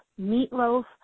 meatloaf